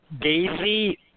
Daisy